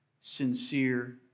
sincere